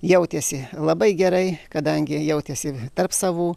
jautėsi labai gerai kadangi jautėsi tarp savų